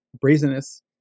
brazenness